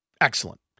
Excellent